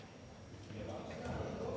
Tak